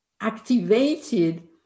activated